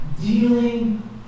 dealing